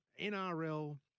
NRL